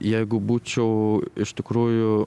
jeigu būčiau iš tikrųjų